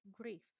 grief